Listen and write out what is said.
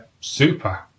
Super